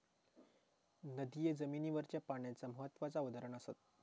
नदिये जमिनीवरच्या पाण्याचा महत्त्वाचा उदाहरण असत